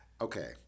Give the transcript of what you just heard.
Okay